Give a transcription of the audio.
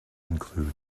include